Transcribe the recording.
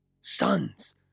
Sons